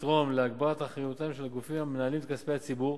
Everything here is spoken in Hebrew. יתרום להגברת אחריותם של הגופים המנהלים את כספי הציבור,